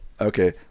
Okay